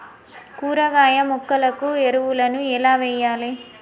కూరగాయ మొక్కలకు ఎరువులను ఎలా వెయ్యాలే?